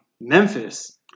Memphis